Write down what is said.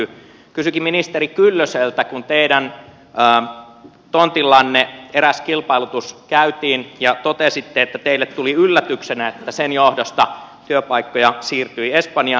kysynkin ministeri kyllöseltä kun teidän tontillanne eräs kilpailutus käytiin ja totesitte että teille tuli yllätyksenä että sen johdosta työpaikkoja siirtyi espanjaan